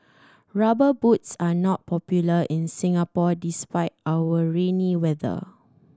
Rubber Boots are not popular in Singapore despite our rainy weather